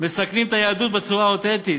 מסכנות את היהדות בצורה האותנטית,